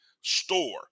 Store